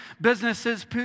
businesses